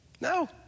No